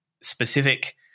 specific